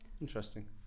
Interesting